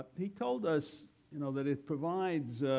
he told us you know that it provides